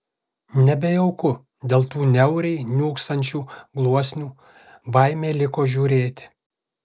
nebejauku dėl tų niauriai niūksančių gluosnių baimė liko žiūrėti